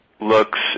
looks